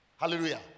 Hallelujah